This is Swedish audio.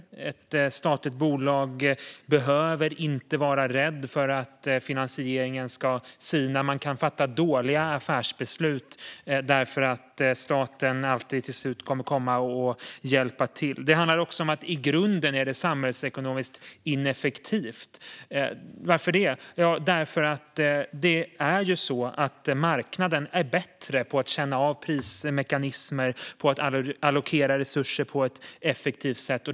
I ett statligt bolag behöver man inte vara rädd för att finansieringen ska sina. Man kan fatta dåliga affärsbeslut, eftersom staten alltid till slut kommer att hjälpa till. I grunden är det också samhällsekonomiskt ineffektivt. Varför då? Jo, därför att marknaden är bättre på att känna av prismekanismer och allokera resurser på ett effektivt sätt.